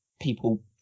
people